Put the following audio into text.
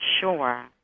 sure